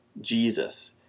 Jesus